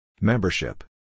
Membership